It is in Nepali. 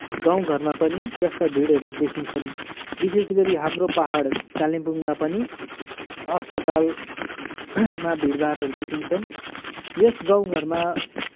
गाउँघरमा पनि यस्ता भिडहरू देखिन्छन् विशेष गरी हाम्रो पहाड कालिम्पोङमा पनि अस्पतालमा भिडभाडहरू देखिन्छन् यस गाउँ घरमा